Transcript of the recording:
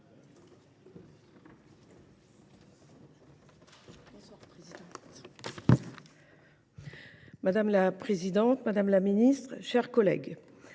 Madame la présidente, madame la ministre, mes chers collègues,